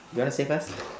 you want to say first